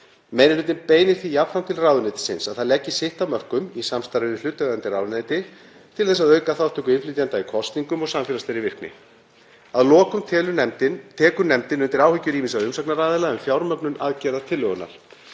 Meiri hlutinn beinir því jafnframt til ráðuneytisins að það leggi sitt af mörkum, í samstarfi við hlutaðeigandi ráðuneyti, til þess að auka þátttöku innflytjenda í kosningum og samfélagslegri virkni. Að lokum tekur nefndin undir áhyggjur ýmissa umsagnaraðila um fjármögnun aðgerða tillögunnar.